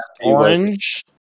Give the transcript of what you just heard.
orange